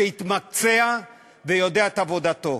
שהתמקצע ויודע את עבודתו.